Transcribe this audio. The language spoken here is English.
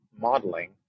modeling